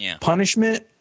Punishment